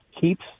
keeps